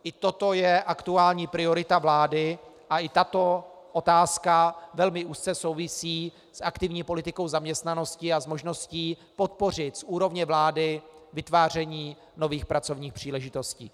I toto je aktuální priorita vlády a i tato otázka velmi úzce souvisí s aktivní politikou zaměstnanosti a s možností podpořit z úrovně vlády vytváření nových pracovních příležitostí.